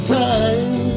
time